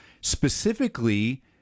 Specifically